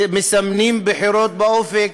מסמנים בחירות באופק,